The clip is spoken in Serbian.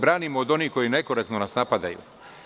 Branimo se od onih koji nas nekorektno napadaju.